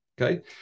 Okay